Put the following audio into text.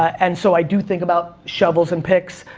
and so i do think about shovels and picks.